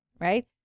right